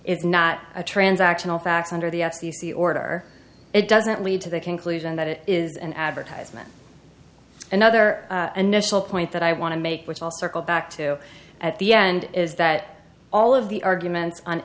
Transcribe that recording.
is not a transactional facts under the f c c order it doesn't lead to the conclusion that it is an advertisement another initial point that i want to make which i'll circle back to at the end is that all of the arguments on